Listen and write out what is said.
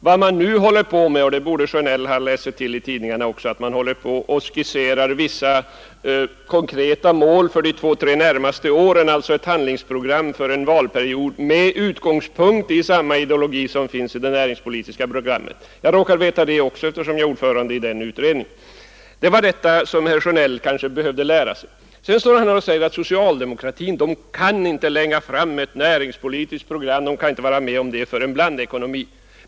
Vad man nu håller på med — och det borde herr Sjönell ha läst sig till i tidningarna — är att man skisserar vissa konkreta mål för de två tre närmaste åren, ett handlingsprogram för en valperiod med utgångspunkt i samma ideologi som finns i det näringspolitiska programmet. Jag råkar veta det, eftersom jag är ordförande i den utredningen. Det var detta som herr Sjönell kanske behövde lära sig. Vidare säger han att socialdemokraterna inte kan lägga fram ett näringspolitiskt program, de kan inte vara med om ett program för en blandekonomi.